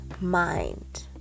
mind